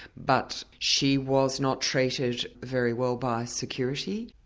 but she was not treated very well by security.